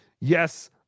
Yes